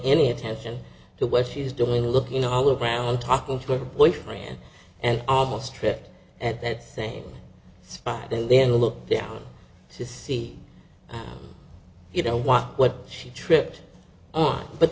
any attention to what she's doing look you know all around talking to her boyfriend and almost trip at that same spot and then look to see you know watch what she tripped on but